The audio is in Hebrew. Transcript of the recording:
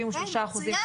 73 אחוזים,